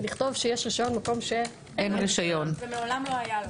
לכתוב שיש רשיון מקום שאין רשיון ומעולם לא היה לו.